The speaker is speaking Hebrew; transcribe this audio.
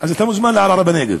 על זה מחקרים,